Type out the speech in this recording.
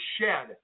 shed